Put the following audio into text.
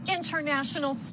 International